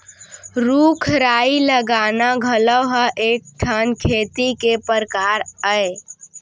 रूख राई लगाना घलौ ह एक ठन खेती के परकार अय